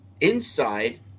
inside